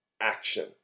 action